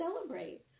celebrate